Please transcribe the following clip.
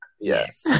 Yes